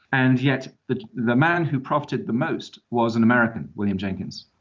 and yet the the man who profited the most was an american, william jenkins.